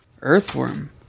Earthworm